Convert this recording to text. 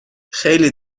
خیلی